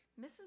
Mrs